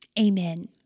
Amen